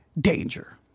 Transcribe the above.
danger